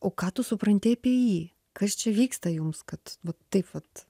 o ką tu supranti apie jį kas čia vyksta jums kad va taip vat